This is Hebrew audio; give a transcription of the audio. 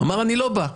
אמר - אני לא בא.